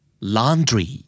Laundry